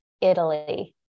Italy